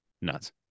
nuts